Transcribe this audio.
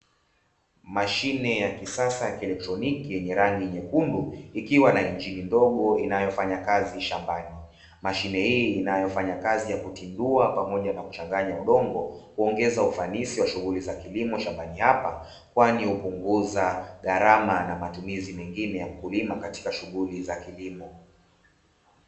Mashine ya kisasa ya kielektroniki yenye rangi nyekundu, ikiwa na injini ndogo inayofanya kazi shambani. Mashine hii inayofanya kazi ya kutindua pamoja na kuchanganya udongo, huongeza ufanisi wa shughuli za kilimo shambani hapa, kwani hupunguza gharama na matumizi mengine ya mkulima katika shughuli za kilimo.